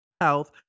Health